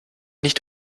nicht